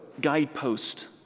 guidepost